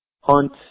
Hunt